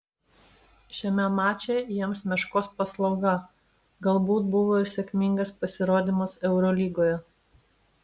šiame mače jiems meškos paslauga galbūt buvo ir sėkmingas pasirodymas eurolygoje